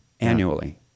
Annually